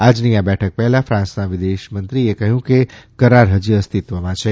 આજની આ બેઠક પહેલાં ફાન્સના વિદેશમંત્રીએ કહ્યું કે કરાર હજી અસ્તિત્વમાં છે